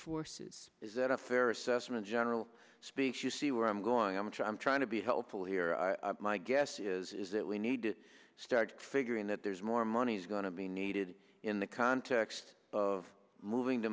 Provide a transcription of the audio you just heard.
forces is that a fair assessment general speaks you see where i'm going on which i'm trying to be helpful here my guess is is that we need to start figuring that there's more money is going to be needed in the context of moving t